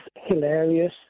hilarious